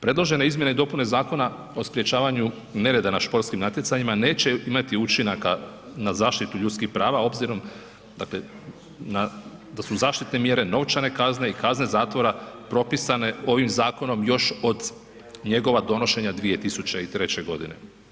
Predložene izmjene i dopuna Zakona o sprječavanju nereda na športskim natjecanjima neće imati učinaka na zaštitu ljudskih prava obzirom dakle da su zaštitne mjere, novčane kazne i kazne zatvora propisane ovim zakonom još od njegova donošenja 2003. godine.